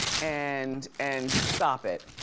and and stop it.